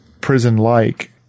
prison-like